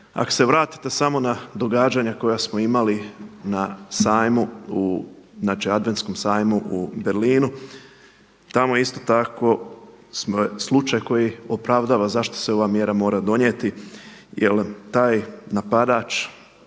Ako se vratite samo na događanja koja smo imali na Adventskom sajmu u Berlinu, tamo isto tako slučaj koji opravdava zašto se ova mjera mora donijeti jer taj napadač